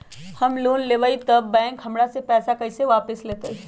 हम लोन लेलेबाई तब बैंक हमरा से पैसा कइसे वापिस लेतई?